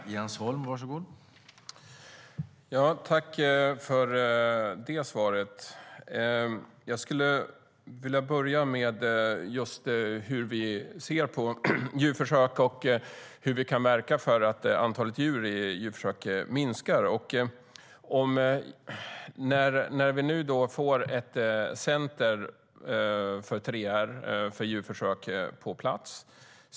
Herr talman! Jag tackar för svaren från landsbygdsministern. Jag skulle vilja prata om hur vi ser på djurförsök och hur vi kan verka för att antalet djur i djurförsök minskar. Nu ska vi få ett center för 3R och djurförsök på plats.